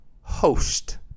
host